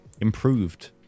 improved